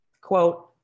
quote